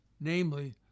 namely